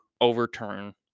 overturn